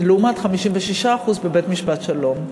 לעומת 56% בבית-משפט השלום.